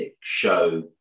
show